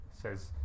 says